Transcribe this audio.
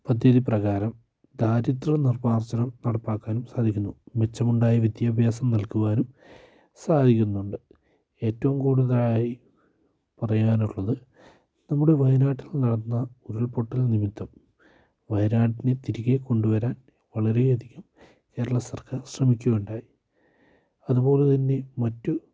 പദ്ധതി പ്രകാരം ദാരിദ്ര്യം നിർമ്മാർജ്ജനം നടപ്പാക്കാനും സാധിക്കുന്നു മിച്ചമുണ്ടായ വിദ്യാഭ്യാസം നൽകുവാനും സാധിക്കുന്നുണ്ട് ഏറ്റവും കൂടുതലായി പറയാനുള്ളത് നമ്മുടെ വയനാട്ടിൽ നടന്ന ഉരുൾപൊട്ടൽ നിമിത്തം വയനാട്ടിനെ തിരികെ കൊണ്ടുവരാൻ വളരെയധികം കേരള സർക്കാർ ശ്രമിക്കുകയുണ്ടായി അതുപോലെ തന്നെ മറ്റു